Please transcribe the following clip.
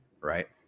right